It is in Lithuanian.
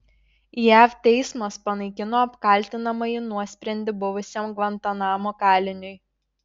jav teismas panaikino apkaltinamąjį nuosprendį buvusiam gvantanamo kaliniui